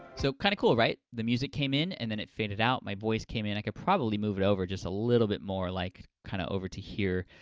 so, kind of cool, right? the music came in and then it faded out. my voice came in. i could probably move it over just a little bit more, like kind of over to here,